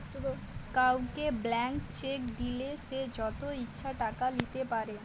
কাউকে blank cheque দিলে সে যত ইচ্ছা টাকা লিতে পারে